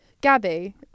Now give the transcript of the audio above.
Gabby